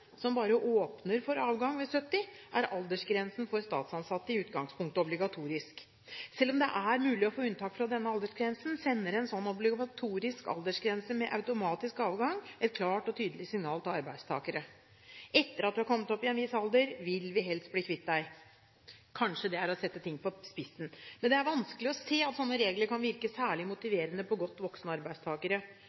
som bare åpner for avgang ved fylte 70, er aldersgrensen for statsansatte i utgangspunktet obligatorisk. Selv om det er mulig å få unntak fra denne aldersgrensen, sender en sånn obligatorisk aldersgrense med automatisk avgang et klart og tydelig signal til arbeidstakere: Etter at du er kommet opp i en viss alder, vil vi helst bli kvitt deg. Kanskje det er å sette ting på spissen, men det er vanskelig å se at sånne regler kan virke særlig motiverende på godt voksne arbeidstakere.